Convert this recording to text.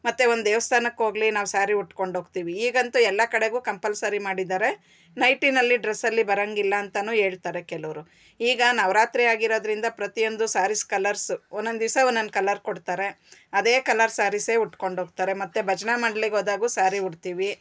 ಮತ್ತೆ ಒಂದು ದೇವಸ್ಥಾನಕ್ಕೋಗ್ಲಿ ನಾವು ಸಾರಿ ಉಟ್ಕೊಂಡೋಗ್ತೀವಿ ಈಗಂತೂ ಎಲ್ಲ ಕಡೆಗೂ ಕಂಪಲ್ಸರಿ ಮಾಡಿದ್ದಾರೆ ನೈಟಿಯಲ್ಲಿ ಡ್ರೆಸ್ಸಲ್ಲಿ ಬರೋಂಗಿಲ್ಲ ಅಂತಲೂ ಹೇಳ್ತಾರೆ ಕೆಲವರು ಈಗ ನವರಾತ್ರಿ ಆಗಿರೋದ್ರಿಂದ ಪ್ರತಿಯೊಂದು ಸಾರೀಸ್ ಕಲರ್ಸು ಒಂದೊಂದು ದಿವಸ ಒಂದೊಂದು ಕಲರ್ ಕೊಡ್ತಾರೆ ಅದೇ ಕಲರ್ ಸಾರೀಸ್ ಉಟ್ಕೊಂಡೋಗ್ತಾರೆ ಮತ್ತು ಭಜನಾ ಮಂಡಳಿಗೋದಾಗ್ಲೂ ಸಾರಿ ಉಡ್ತೀವಿ